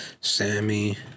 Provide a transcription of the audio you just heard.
Sammy